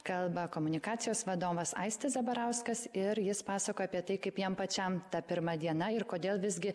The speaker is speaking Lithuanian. kalba komunikacijos vadovas aistis zabarauskas ir jis pasakoja apie tai kaip jam pačiam ta pirma diena ir kodėl visgi